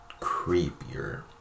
creepier